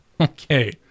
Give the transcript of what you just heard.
Okay